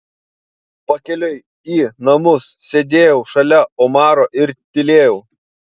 pakeliui į namus sėdėjau šalia omaro ir tylėjau